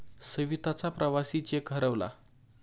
सविताचा प्रवासी चेक हरवला